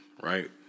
Right